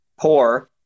poor